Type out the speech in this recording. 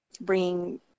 bringing